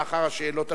לאחר השאלות הנוספות.